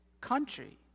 country